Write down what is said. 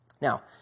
Now